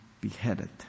beheaded